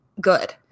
good